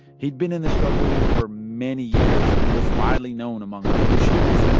he'd been in the struggle for many years and was widely known among revolutionaries,